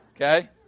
okay